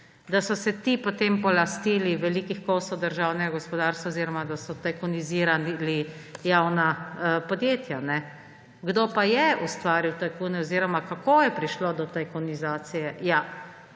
da so se ti potem polastili velikih kosov državnega gospodarstva oziroma da so tajkunizirali javna podjetja. Kdo pa je ustvaril tajkune oziroma kako je prišlo do tajkunizacije?